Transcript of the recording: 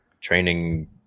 training